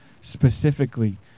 specifically